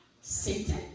Satan